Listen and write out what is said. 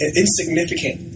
insignificant